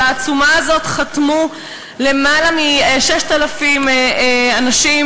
על העצומה הזאת חתמו למעלה מ-6,000 אנשים,